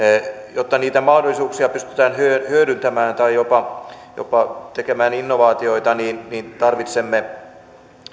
jotta niitä mahdollisuuksia pystytään hyödyntämään tai jopa tekemään innovaatioita niin niin tarvitsemme